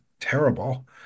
Terrible